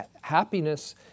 Happiness